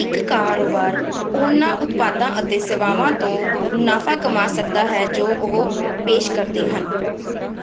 ਇੱਕ ਕਾਰੋਬਾਰ ਉਹਨਾਂ ਉਤਪਾਦਾਂ ਅਤੇ ਸੇਵਾਵਾਂ ਤੋਂ ਮੁਨਾਫਾ ਕਮਾ ਸਕਦਾ ਹੈ ਜੋ ਉਹ ਪੇਸ਼ ਕਰਦੇ ਹਨ